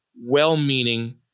well-meaning